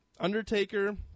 Undertaker